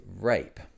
rape